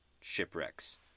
shipwrecks